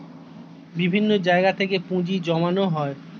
বিভিন্ন জায়গা থেকে পুঁজি জমানো হয়